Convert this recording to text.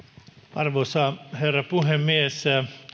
arvoisa herra puhemies